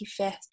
25th